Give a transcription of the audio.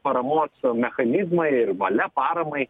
paramos mechanizmai ir valia paramai